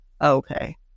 okay